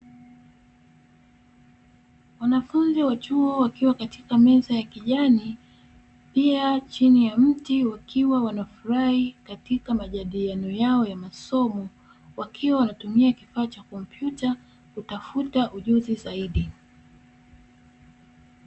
Wanafunzi wa chuo wakiwa katika meza ya kijani, pia chini ya mti wakiwa wanafurahi katika majadiliano yao ya masomo, wakiwa wanatumia kifaa cha kompyuta kutafuta ujuzi zaidi.